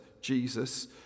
Jesus